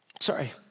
Sorry